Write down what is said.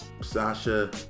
Sasha